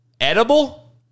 edible